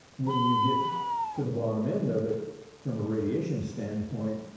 when you get to the bottom end of it, from a radiation standpoint,